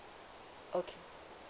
okay